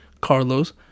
Carlos